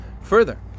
further